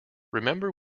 remember